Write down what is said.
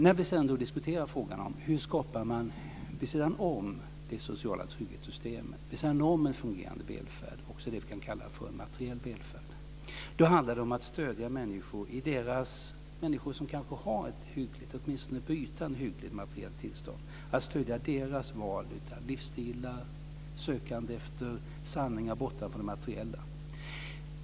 När vi diskuterar frågor vid sidan om det sociala trygghetssystemet, vid sidan om en fungerande välfärd - också det som vi kallar materiell välfärd - handlar det om att stödja människor som kanske har ett åtminstone på ytan hyggligt materiellt tillstånd. Det gäller att stödja deras val av livsstilar och sökande efter sanningar bortom de materiella.